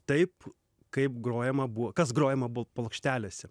taip kaip grojama buvo kas grojama buvo plokštelėse